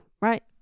right